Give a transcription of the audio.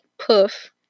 poof